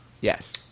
Yes